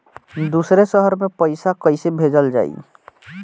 दूसरे शहर में पइसा कईसे भेजल जयी?